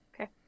Okay